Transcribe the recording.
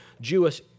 Jewish